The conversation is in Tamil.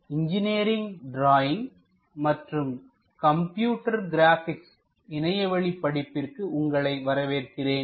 NPTEL லின் இன்ஜினியரிங் டிராயிங் மற்றும் கம்ப்யூட்டர் கிராபிக்ஸ் இணையவழி படிப்பிற்கு உங்களை வரவேற்கிறேன்